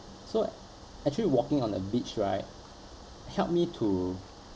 so a~ actually walking on the beach right help me to